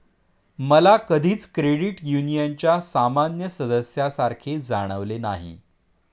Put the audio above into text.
मला कधीच क्रेडिट युनियनच्या सामान्य सदस्यासारखे जाणवले नाही